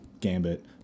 Gambit